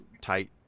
tight